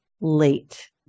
late